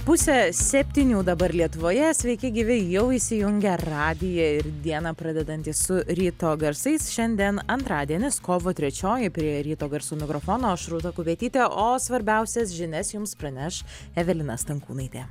pusę septynių dabar lietuvoje sveiki gyvi jau įsijungę radiją ir dieną pradedanti su ryto garsais šiandien antradienis kovo trečioji prie ryto garsų mikrofono aš rūta kupetytė o svarbiausias žinias jums praneš evelina stankūnaitė